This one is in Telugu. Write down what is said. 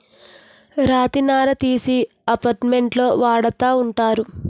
రాతి నార తీసి అపార్ట్మెంట్లో వాడతా ఉంటారు